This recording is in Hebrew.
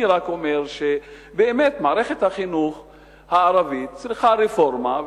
אני רק אומר שבאמת מערכת החינוך הערבית צריכה רפורמה,